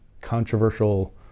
controversial